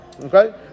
Okay